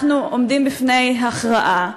אנחנו עומדים בפני הכרעה,